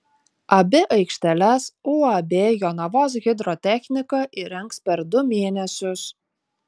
abi aikšteles uab jonavos hidrotechnika įrengs per du mėnesius